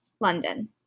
London